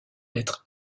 être